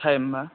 टाइमा